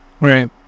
Right